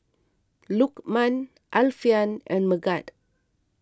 Lukman Alfian and Megat